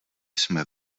jsme